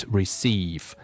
receive